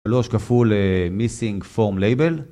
שלוש כפול מיסינג פורם לייבל